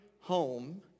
home